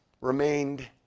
remained